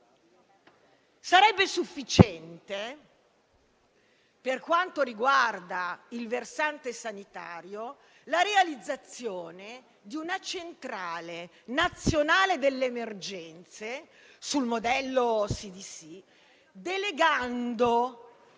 Sarebbe sufficiente, per quanto riguarda il versante sanitario, la realizzazione di una centrale nazionale delle emergenze (sul modello CDC), delegando